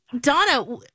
Donna